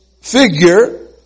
figure